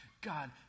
God